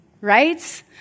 right